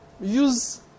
use